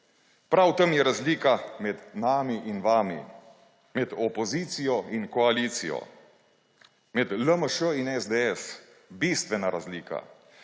prav v tem je razlika med nami in vami, med opozicijo in koalicijo, med LMŠ in SDS, bistvena razlika.